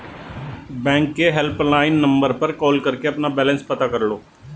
bank के helpline number पर call करके अपना बैलेंस पता कर लो